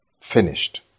finished